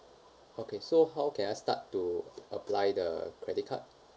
okay so how can I start to apply the credit card